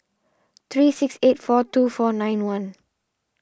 three six eight four two four nine one